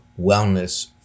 wellness